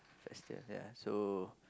festive ya so